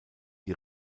die